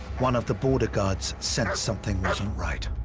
one of the border guards sensed something wasn't right.